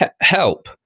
Help